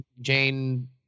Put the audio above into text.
Jane